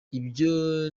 ibyo